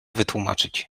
wytłumaczyć